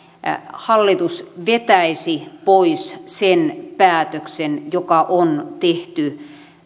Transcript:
hallitus vetäisi pois sen päätöksen joka on tehty